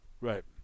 right